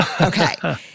Okay